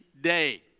day